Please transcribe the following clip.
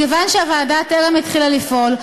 מכיוון שהוועדה טרם התחילה לפעול,